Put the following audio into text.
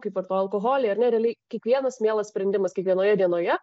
kaip vartoju alkoholį ar ne realiai kiekvienas mielas sprendimas kiekvienoje dienoje